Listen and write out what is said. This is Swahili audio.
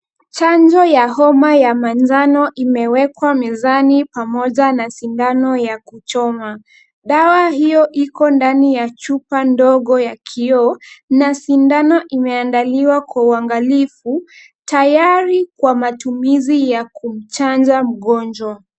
Chanjo ya homa ya manjano imewekwa mizani pamoja na sindano ya kuchoma, dawa hiyo iko ndani ya chupa ndogo ya kioo na sindano imeandaliwa kwa uangalifu, tayari kwa matumizi ya kumchanja mgonjwa.